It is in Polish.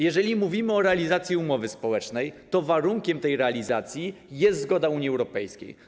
Jeżeli mówimy o realizacji umowy społecznej, to warunkiem jej realizacji jest zgoda Unii Europejskiej.